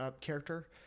character